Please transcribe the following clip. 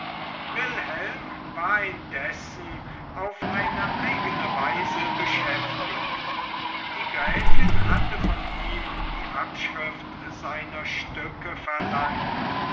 wilhelm war indessen auf eine eigene weise beschäftigt die gräfin hatte von ihm die abschrift seiner stücke verlangt